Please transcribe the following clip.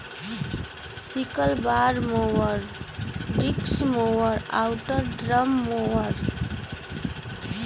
sickle bar mower, disc mower आउर drum mower